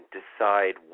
decide